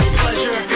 pleasure